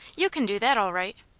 you can do that all right.